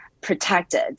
protected